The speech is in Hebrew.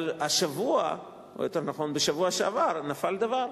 אבל השבוע, או יותר נכון בשבוע שעבר, נפל דבר.